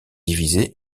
divisés